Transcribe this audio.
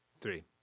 Three